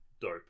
dope